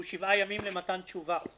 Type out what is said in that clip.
שהוא שבעה ימים למתן תשובה.